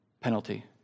penalty